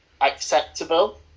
acceptable